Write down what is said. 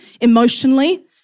emotionally